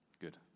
Good